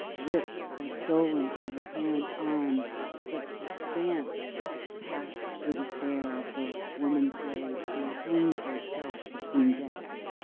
ripped or stolen from her parents' arms but danced past the despair of the woman slave who hanged herself between decks.